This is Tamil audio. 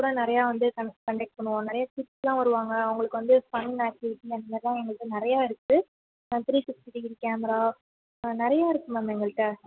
நிறையா வந்து கண்டெக்ட் பண்ணுவோம் நிறையா கிட்ஸ்லாம் வருவாங்க அவங்களுக்கு வந்து ஃபன் ஆக்ட்டிவிட்டி அந்தமாதிரிலான் எங்கள்கிட்ட நிறைய இருக்கு த்ரீ சிக்ஸ்டி டிகிரி கேமரா நிறையா இருக்கு மேம் எங்கள்கிட்ட